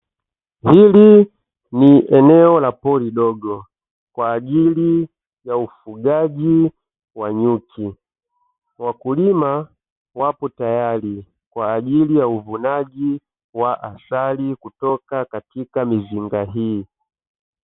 Hili ni eneo la pori dogo kwa ajili ya ufugaji wa nyuki. Wakulima wapo tayari kwa ajili ya uvunaji wa asali kutoka katika mizinga hii.